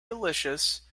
delicious